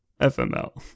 FML